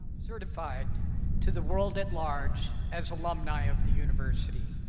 certified to the world at large as alumni of the university.